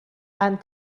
and